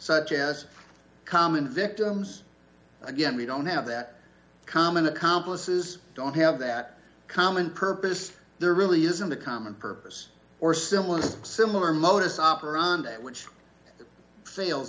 such as common victims again we don't have that common accomplices don't have that common purpose there really isn't a common purpose or simplest similar modus operandi which